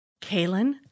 Kalen